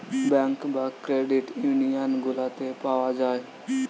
bank বা credit union গুলাতে পাওয়া যায়